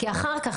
כי אחר כך,